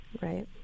Right